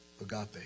agape